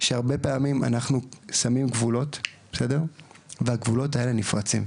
שהרבה פעמים אנחנו שמים גבולות והגבולות האלו נפרצים,